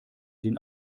den